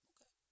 Okay